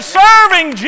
serving